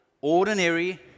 ordinary